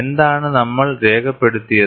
എന്താണ് നമ്മൾ രേഖപ്പെടുത്തിയത്